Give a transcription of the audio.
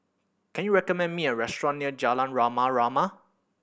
can you recommend me a restaurant near Jalan Rama Rama